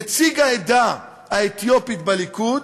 נציג העדה האתיופית בליכוד,